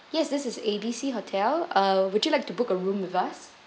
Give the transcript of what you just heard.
yes this is A B C hotel uh would you like to book a room with us